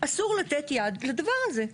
אסור לתת יד לדבר הזה.